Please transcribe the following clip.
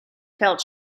felt